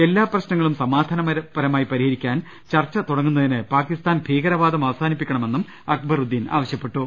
എല്ലാ പ്രശ്നങ്ങളും സമാധാനപരമായി പരിഹരിക്കാൻ ചർച്ച തുടങ്ങു ന്നതിന് പാക്കിസ്ഥാൻ ഭീകരവാദം അവസാനിപ്പിക്കണമെന്നും അക്ബറുദ്ദീൻ ആവശ്യപ്പെട്ടു